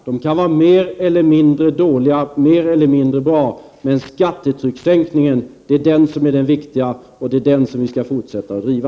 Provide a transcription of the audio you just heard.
De kan vara mer eller mindre dåliga, mer eller mindre bra — men skattetryckssänkningen är det viktiga, och det är den frågan som vi skall fortsätta att driva.